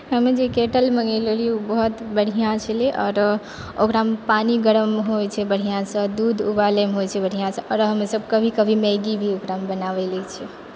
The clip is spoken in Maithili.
हम जे कैटल मँगयने रहियै ओ बहुत बढ़िआँ छलै आरो ओकरामे पानि गरम होइ छै बढ़िआँसँ दूध उबालयमे होइ छै बढ़िआँसँ आओर हम सब कभी कभी मैगी भी ओकरामे बनाबी लै छी